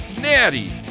Natty